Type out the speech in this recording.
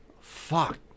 Fuck